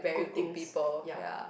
good things ya